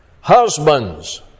Husbands